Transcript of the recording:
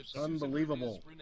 Unbelievable